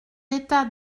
état